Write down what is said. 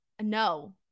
No